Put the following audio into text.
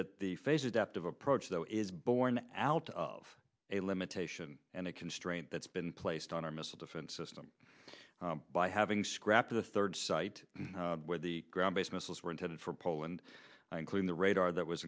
that the phase adaptive approach though is borne out of a limitation and a constraint that's been placed on our missile defense system by having scrapped the third site where the ground based missiles were intended for poland including the radar that was